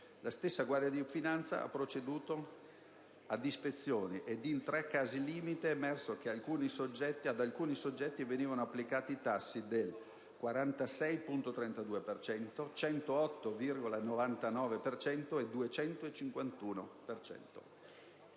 La Guardia di finanza ha proceduto ad ispezioni, e in tre casi limite è emerso che ad alcuni soggetti sono stati applicati tassi del 46,32, del 108,99 e del